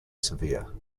severe